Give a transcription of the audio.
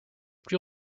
plus